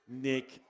Nick